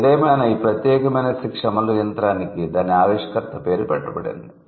ఏదేమైనా ఈ ప్రత్యేకమైన శిక్ష అమలు యంత్రానికి దాని ఆవిష్కర్త పేరు పెట్టబడింది